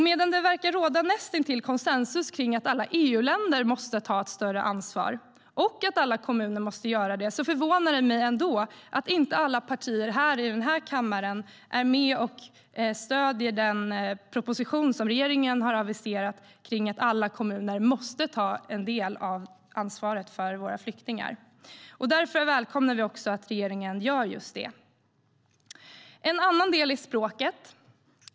Medan det verkar råda näst intill konsensus kring att alla EU-länder måste ta ett större ansvar och att alla kommuner måste göra det, förvånar det mig ändå att alla partier i den här kammaren inte stöder den proposition som regeringen har aviserat om att alla kommuner måste ta en del av ansvaret för våra flyktingar. Därför välkomnar vi att regeringen gör just det. En annan del är språket.